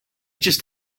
just